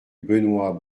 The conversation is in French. benoit